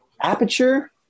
aperture